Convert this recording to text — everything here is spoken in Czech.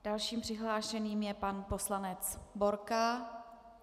Dalším přihlášeným je pan poslanec Borka.